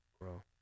grow